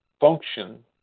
function